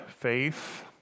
faith